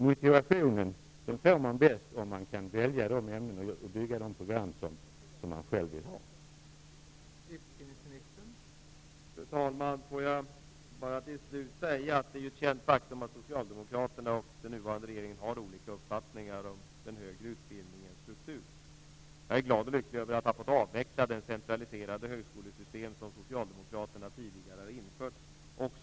Motivationen får man bäst om man kan välja de ämnen och bygga det program man själv vill ha.